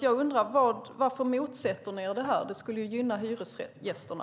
Jag undrar: Varför motsätter ni er det här? Det skulle gynna hyresgästerna.